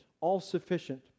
all-sufficient